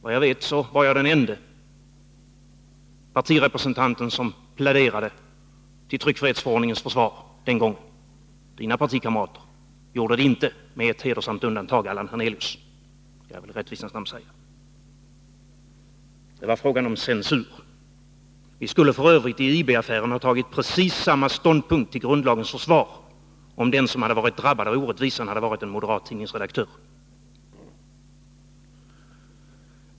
Vad jag vet var jag den ende partirepresentanten som pläderade till tryckfrihetsförordningens försvar den gången. Dina partikamrater gjorde det inte — med ett hedersamt undantag, Allan Hernelius, vilket jag i rättvisans namn vill säga. Det var fråga om censur. Vi skulle f. ö. i IB-affären ha intagit precis samma ståndpunkt till grundlagens försvar om den som hade varit drabbad av orättvisan hade varit en moderat tidningsredaktör.